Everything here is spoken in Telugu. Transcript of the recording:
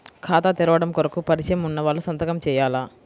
ఖాతా తెరవడం కొరకు పరిచయము వున్నవాళ్లు సంతకము చేయాలా?